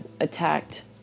attacked